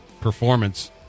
performance